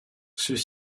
ceux